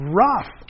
rough